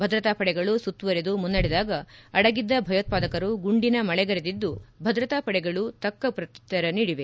ಭದ್ರತಾ ಪಡೆಗಳು ಸುತ್ತುವರೆದು ಮುನ್ನಡೆದಾಗ ಅಡಗಿದ್ದ ಭಯೋತ್ವಾದಕರು ಗುಂಡಿನ ಮಳೆಗರೆದಿದ್ದು ಭದ್ರತಾ ಪಡೆಗಳೂ ತಕ್ಷ ಪ್ರತ್ಯುತ್ತರ ನೀಡಿವೆ